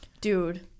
dude